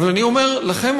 אבל אני אומר לכם,